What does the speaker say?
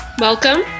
Welcome